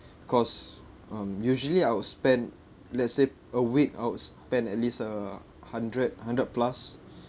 cause um usually I would spend let's say a week I'd spend at least a hundred hundred plus